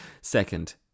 second